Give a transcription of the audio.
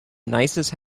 nicest